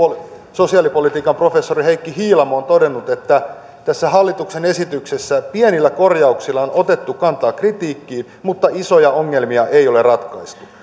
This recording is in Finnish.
sosiaalipolitiikan professori heikki hiilamo on todennut että tässä hallituksen esityksessä pienillä korjauksilla on otettu kantaa kritiikkiin mutta isoja ongelmia ei ole ratkaistu